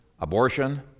Abortion